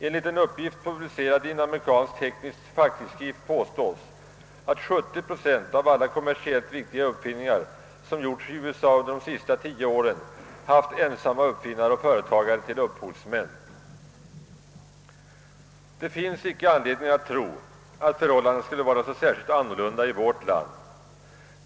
Enligt en uppgift publicerad i en amerikansk teknisk facktidskrift har »70 Yo av alla kommersiellt viktiga uppfinningar, som gjorts i USA under de senaste 10 åren, haft ensamma uppfinnare och företagare till upphovsmän». Det finns icke anledning att tro att förhållandena skulle te sig särskilt annordlunda i vårt land.